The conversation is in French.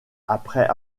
après